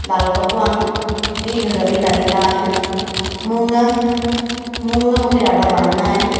दाल पकवान बि घर में तरींदा आहियूं मुङ मुङ मूंखे ॾाढा वणंदा आहिनि